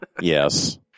Yes